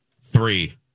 Three